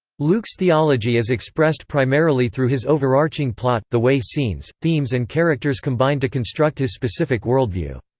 luke's theology is expressed primarily through his overarching plot, the way scenes, themes and characters combine to construct his specific worldview.